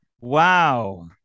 wow